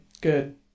good